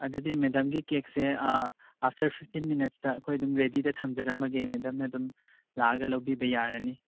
ꯑꯗꯨꯗꯤ ꯃꯦꯗꯥꯝꯒꯤ ꯀꯦꯛꯁꯦ ꯑꯥꯐꯇꯔ ꯐꯤꯞꯇꯤꯟ ꯃꯤꯅꯠꯁꯇ ꯑꯩꯈꯣꯏ ꯑꯗꯨꯝ ꯔꯦꯗꯤꯗ ꯊꯝꯖꯔꯝꯂꯒꯦ ꯃꯦꯗꯥꯝꯅ ꯑꯗꯨꯝ ꯂꯥꯛꯂꯒ ꯂꯧꯕꯤꯔ ꯌꯥꯔꯅꯤ